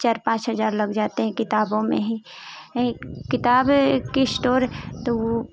चार पाँच हजार लग जाते हैं किताबों में ही किताबें कि इस्टोर तो वो